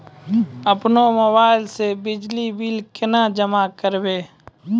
अपनो मोबाइल से बिजली बिल केना जमा करभै?